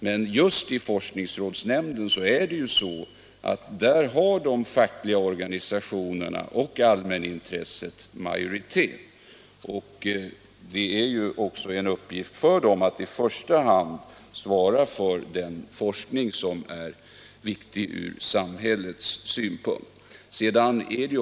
Men just i forskningsrådsnämnden har de fackliga organisationerna och allmänintresset majoritet. Det är också en uppgift för den att i första hand svara för den forskning som är viktig från samhällets synpunkt.